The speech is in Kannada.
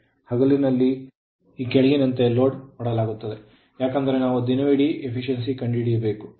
ಹಗಲಿನಲ್ಲಿ ಅದನ್ನು ಈ ಕೆಳಗಿನಂತೆ ಲೋಡ್ ಮಾಡಲಾಗುತ್ತದೆ ಏಕೆಂದರೆ ನಾವು ದಿನವಿಡೀ ದಕ್ಷತೆಯನ್ನು ಕಂಡುಹಿಡಿಯಬೇಕು